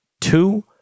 Two